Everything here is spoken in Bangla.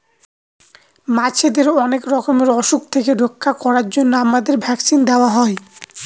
মাছেদের অনেক রকমের অসুখ থেকে রক্ষা করার জন্য তাদের ভ্যাকসিন দেওয়া হয়